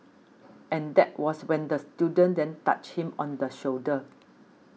and that was when the student then touched him on the shoulder